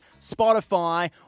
spotify